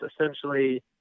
essentially